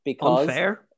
Unfair